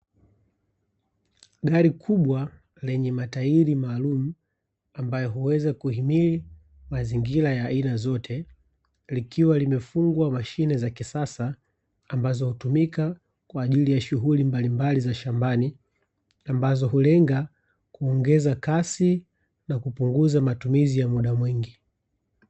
Gari kubwa lenye matairi maalumu ambayo huweza kuhimili mazingira ya aina zote, likiwa limefungwa mashine za kisasa ambazo hutumika kwa ajili ya shughuli mbalimbali za shambani, ambazo hulenga kuongeza kasi na kupunguza matumizi ya muda mwingi.